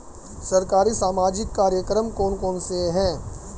सरकारी सामाजिक कार्यक्रम कौन कौन से हैं?